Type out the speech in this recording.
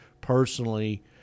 personally